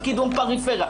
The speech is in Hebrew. של קידום פריפריה.